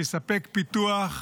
יספק פיתוח,